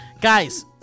Guys